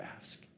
ask